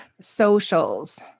socials